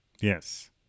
Yes